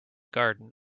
garden